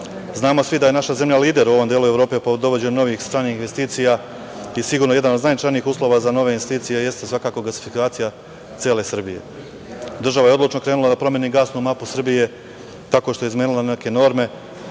svi da je naša zemlja lider u ovom delu Evrope po dovođenju novih stranih investicija i sigurno jedan od najznačajnijih uslova za nove investicije jeste gasifikacija cele Srbije. Država je odlučno krenula da promeni gasnu mapu Srbije tako što je izmenila neke norme